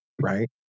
right